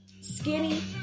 skinny